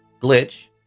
Glitch